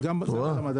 את רואה?